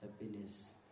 happiness